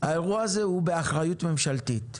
האירוע הזה הוא באחריות ממשלתית.